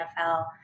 NFL